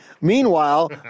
Meanwhile